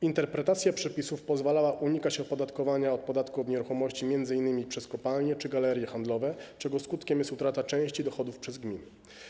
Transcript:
Interpretacja przepisów pozwalała unikać opodatkowania od podatku od nieruchomości m.in. przez kopalnie czy galerie handlowe, czego skutkiem jest utrata części dochodów przez gminy.